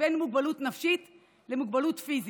בין מוגבלות נפשית למוגבלות פיזית.